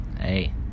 hey